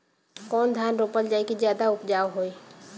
कौन धान रोपल जाई कि ज्यादा उपजाव होई?